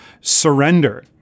surrender